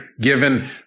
Given